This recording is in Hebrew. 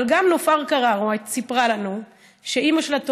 אבל גם נופר קררו סיפרה לנו שאימא שלה טובה,